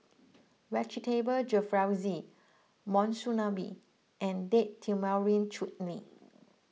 Vegetable Jalfrezi Monsunabe and Date Tamarind Chutney